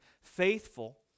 faithful